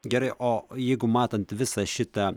gerai o jeigu matant visą šitą